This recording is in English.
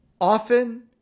often